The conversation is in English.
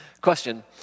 Question